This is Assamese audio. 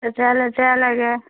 লেতেৰা লেতেৰা লাগে